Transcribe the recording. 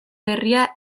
berria